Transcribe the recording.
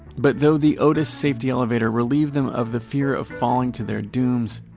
but though the otis safety elevator relieved them of the fear of falling to their dooms,